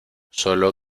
solo